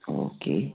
okay